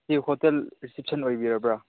ꯁꯤ hotel reception ꯑꯣꯏꯕꯤꯔꯕ꯭ꯔꯥ